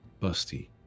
Busty